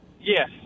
Yes